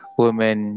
women